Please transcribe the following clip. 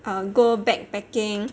err go backpacking